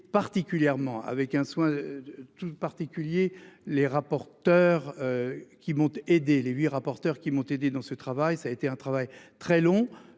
particulièrement avec un soin. Tout particulier. Les rapporteurs. Qui monte. Aidez-les 8 rapporteur qui m'ont aidé dans ce travail, ça a été un travail très long.